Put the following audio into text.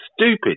stupid